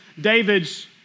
David's